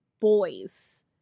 boys